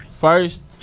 first